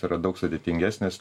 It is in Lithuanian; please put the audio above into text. yra daug sudėtingesnis